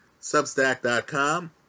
Substack.com